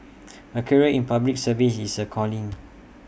A career in the Public Service is A calling